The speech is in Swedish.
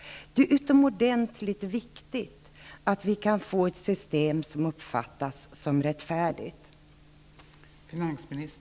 Det är utomordentligt viktigt att vi kan få ett system som uppfattas som rättfärdigt.